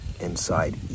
Inside